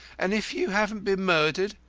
and if you haven't been murdered,